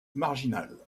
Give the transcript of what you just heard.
marginal